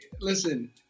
listen